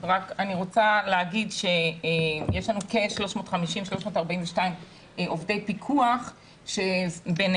ויש מפעלים שהם יותר קטנים ואחוז הפיקוח שניתן